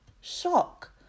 Shock